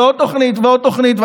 ועוד תוכנית ועוד תוכנית,